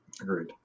agreed